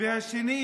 והשני,